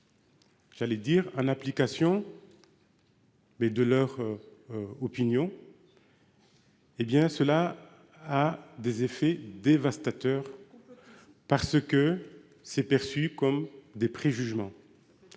J'allais dire un application. Mais de leur. Opinion. Eh bien cela a des effets dévastateurs. Parce que c'est perçu comme des prix jugement.